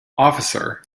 officer